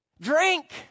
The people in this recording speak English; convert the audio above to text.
Drink